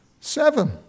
Seven